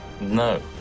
No